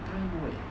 它应该不会